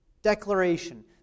Declaration